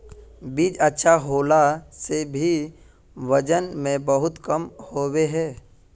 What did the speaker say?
बीज अच्छा होला से भी वजन में बहुत कम होबे है?